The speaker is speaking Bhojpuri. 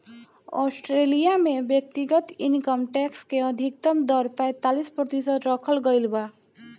ऑस्ट्रेलिया में व्यक्तिगत इनकम टैक्स के अधिकतम दर पैतालीस प्रतिशत रखल गईल बा